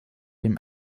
dem